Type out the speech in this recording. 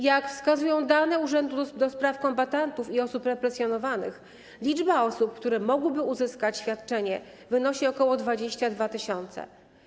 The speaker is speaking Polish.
Jak wskazują dane Urzędu do Spraw Kombatantów i Osób Represjonowanych, liczba osób, które mogłyby uzyskać świadczenie, wynosi ok. 22 tys.